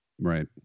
Right